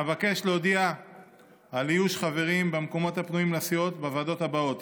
אבקש להודיע על איוש חברים במקומות הפנויים לסיעות בוועדות הבאות: